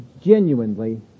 genuinely